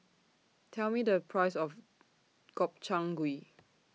Tell Me The Price of Gobchang Gui